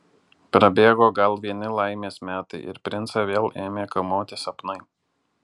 prabėgo gal vieni laimės metai ir princą vėl ėmė kamuoti sapnai